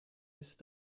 ist